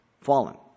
fallen